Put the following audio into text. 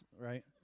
right